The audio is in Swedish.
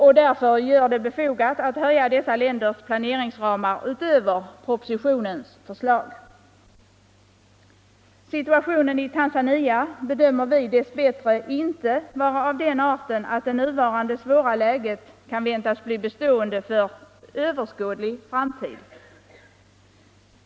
Det är därför befogat att höja dessa länders planeringsramar utöver propositionens förslag. Situationen i Tanzania är dess bättre, som vi bedömer det, inte av den arten att det nuvarande svåra läget kan väntas bli bestående för överskådlig framtid.